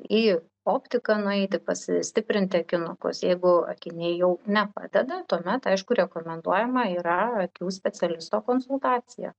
į optiką nueiti pasistiprinti akinukus jeigu akiniai jau nepadeda tuomet aišku rekomenduojama yra akių specialisto konsultacija